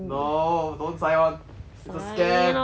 no don't sign on it's a scam